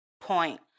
point